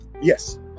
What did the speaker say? Yes